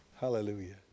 Hallelujah